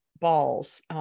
balls